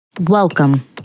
Welcome